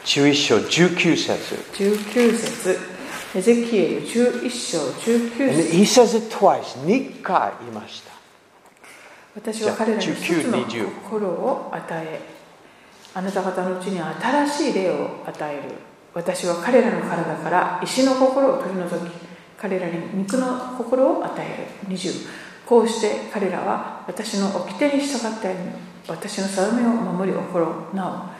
11章19節。19節。エゼキエル11章19節。And he says it twice.二回言いました。私は彼らに一つの19、20。心を与え、あなた方のうちに新しい霊を与える。私は彼らの体から石の心を取り除き、彼らに肉の心を与える。20。こうして彼らは私の掟に従って歩み、私の定めを守り行う。なお、